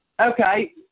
Okay